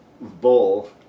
bowl